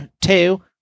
Two